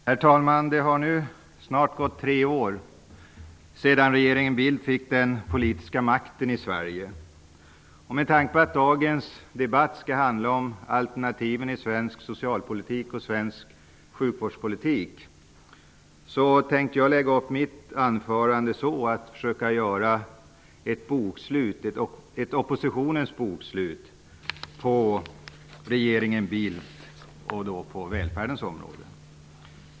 Herr talman! Det har nu snart gått tre år sedan regeringen Bildt fick den politiska makten i Sverige. Med tanke på att dagens debatt skall handla om alternativen i svensk socialpolitik och svensk sjukvårdspolitik tänkte jag i mitt anförande försöka göra ett oppositionens bokslut över regeringen Bildt på välfärdens område.